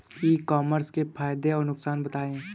ई commerce के फायदे और नुकसान बताएँ?